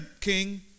king